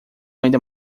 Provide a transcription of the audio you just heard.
ainda